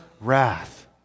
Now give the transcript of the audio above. wrath